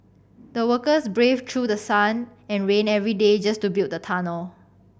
the workers braved through sun and rain every day just to build the tunnel